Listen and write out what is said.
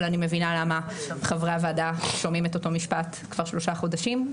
אני מבינה למה חברי הוועדה שומעים את אותו משפט כבר שלושה חודשים.